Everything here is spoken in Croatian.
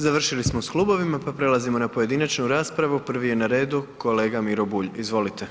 Završili smo s klubovima, pa prelazimo na pojedinačnu raspravu, prvi je na redu kolega Miro Bulj, izvolite.